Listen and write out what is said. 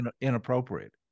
inappropriate